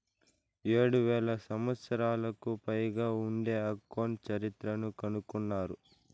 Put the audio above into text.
ఏడు వేల సంవత్సరాలకు పైగా ఉండే అకౌంట్ చరిత్రను కనుగొన్నారు